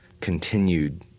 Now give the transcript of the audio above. continued